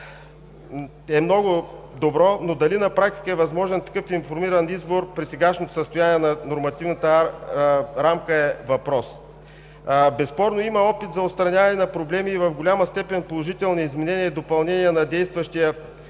е много добро, но дали на практика е възможен такъв информиран избор при сегашното състояние на нормативната рамка, е въпрос. Безспорно има опит за отстраняване на проблеми и в голяма степен положителни изменения и допълнения на действащия Кодекс